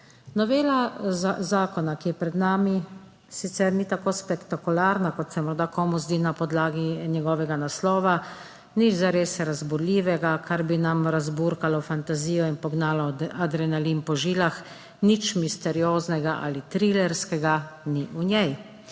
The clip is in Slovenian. Novela zakona, ki je pred nami, sicer ni tako spektakularna, kot se morda komu zdi na podlagi njegovega naslova, nič zares razburljivega, kar bi nam razburkalo fantazijo in pognalo adrenalin po žilah, nič misterioznega ali trilerskega ni v njej.